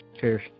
Cheers